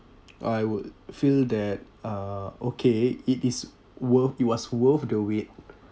I would feel that uh okay it is worth it was worth the wait